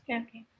okay